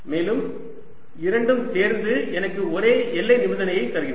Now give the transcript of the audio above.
மேலும் இரண்டும் சேர்ந்து எனக்கு ஒரே எல்லை நிபந்தனையை தருகின்றன